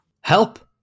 Help